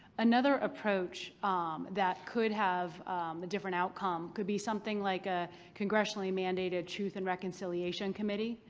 another approach that could have a different outcome could be something like a congressionally mandated truth and reconciliation committee.